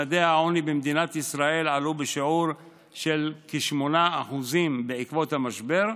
ממדי העוני במדינת ישראל עלו בשיעור של כ-8% בעקבות המשבר,